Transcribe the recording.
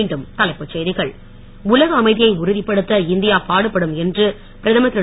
மீண்டும் தலைப்புச் செய்திகள் உலக அமைதியை உறுதிப்படுத்த இந்தியா பாடுபடும் என்று பிரதமர் திரு